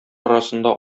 арасында